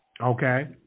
Okay